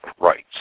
rights